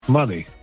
money